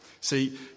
See